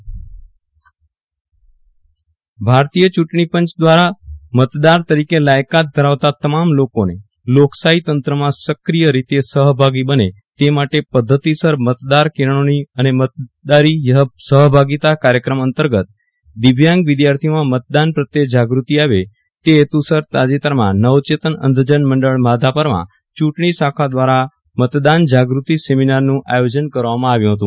વિરલ રાણા દિવ્યાંગોને મતદાન પ્રત્ય જાગતિ સેમીનાર ભારતીય ચૂટણી પંચ દવારા મતદાર તરીક લાયકાત ધરાવતા તમામ લોકોને લોકશાહી તંત્રમાં સક્રિય રીતે સહભાગી બને તે માટે પધ્ધતિસર મતદાર કેળવણી અને મતદારી સહભાગીતા કાર્યક્રમ અંતર્ગત દિલ્યાંગ વિદ્યાથિઓમાં મતદાન પ્રત્યે જાગતિ આવે તે હેતુસર તાજેતરમાં નવચેતન અંધજન મંડળ માધાપરમાં ચટણી શાખા દવારા મતદાન જાગતિ સેમીનારનું આયોજન કરવામાં આવ્યું હત